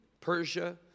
Persia